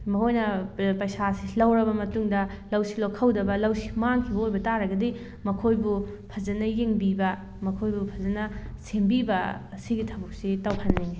ꯃꯈꯣꯏꯅ ꯄꯩꯁꯥꯁꯤ ꯂꯧꯔꯕ ꯃꯇꯨꯡꯗ ꯂꯧꯁꯤ ꯂꯣꯛꯍꯧꯗꯕ ꯂꯧꯁꯤ ꯃꯥꯡꯈꯤꯕ ꯑꯣꯏꯕ ꯇꯥꯔꯒꯗꯤ ꯃꯈꯣꯏꯕꯨ ꯐꯖꯅ ꯌꯦꯡꯕꯤꯕ ꯃꯈꯣꯏꯕꯨ ꯐꯖꯅ ꯁꯦꯝꯕꯤꯕ ꯑꯁꯤꯒꯤ ꯊꯕꯛꯁꯤ ꯇꯧꯍꯟꯅꯤꯡꯉꯤ